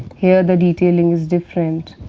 here the detailing is different,